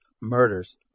murders